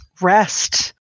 rest